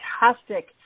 fantastic